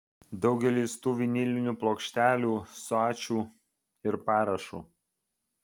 daugelis tų vinilinių plokštelių su ačiū ir parašu